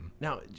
Now